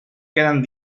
quedan